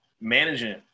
managing